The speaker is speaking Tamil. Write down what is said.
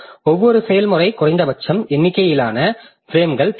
ஒவ்வொரு செயல்முறைக்கும் குறைந்தபட்ச எண்ணிக்கையிலான பிரேம்கள் தேவை